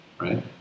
Right